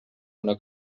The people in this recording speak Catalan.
una